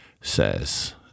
says